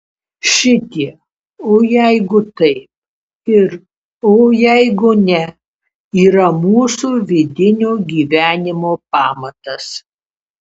šitie o jeigu taip ir o jeigu ne yra mūsų vidinio gyvenimo pamatas